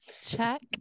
check